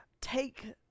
take